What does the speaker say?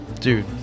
Dude